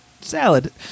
salad